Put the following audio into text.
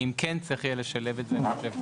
אם כן צריך יהיה לשלב את זה כאן, אני חושב.